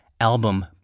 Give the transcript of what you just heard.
album